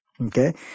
Okay